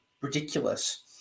ridiculous